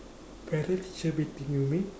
parent teacher meeting you mean